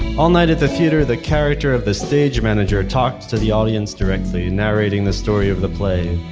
all night at the theater, the character of the stage manager talked to the audience directly and narrating the story of the play,